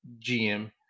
GM